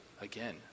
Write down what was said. again